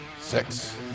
Six